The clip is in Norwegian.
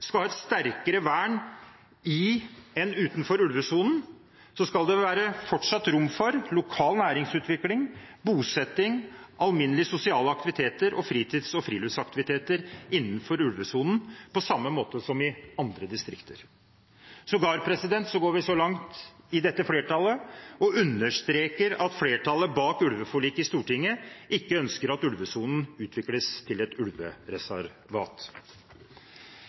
skal ha et sterkere vern i enn utenfor ulvesonen, skal det fortsatt være rom for lokal næringsutvikling, bosetting, alminnelige sosiale aktiviteter og fritids- og friluftsaktiviteter innenfor ulvesonen, på samme måten som i andre distrikter. Vi går sågar så langt i dette flertallet at vi understreker at flertallet bak ulveforliket i Stortinget ikke ønsker at ulvesonen utvikles til et ulvereservat.